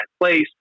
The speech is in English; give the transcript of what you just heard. place